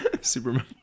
Superman